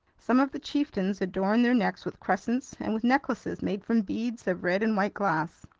some of the chieftains adorned their necks with crescents and with necklaces made from beads of red and white glass.